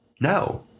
No